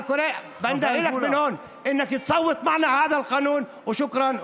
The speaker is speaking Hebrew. אני קורא לך מכאן שתצביע איתנו בחוק הזה.